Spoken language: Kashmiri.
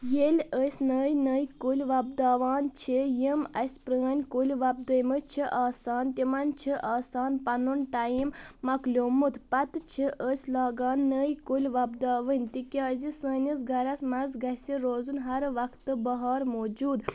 ییٚلہِ أسۍ نٔوۍ نٔوۍ کُلۍ وۄپداوان چھِ یِم اسہِ پرٛانۍ کُلۍ وۄپدٲے مٕتۍ چھِ آسان تِمن چھُ آسان پنُن ٹایِم مۄکلیومُت پتہٕ چھِ أسۍ لاگان نٔوۍ کُلۍ وۄپداوٕنۍ تِکیٛازِ سٲنِس گرس منٛز گژھِ روزُن ہر وقتہٕ بہار موجوٗد